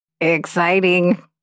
Exciting